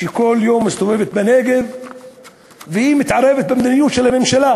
שכל יום מסתובבת בנגב ומתערבת במדיניות של הממשלה,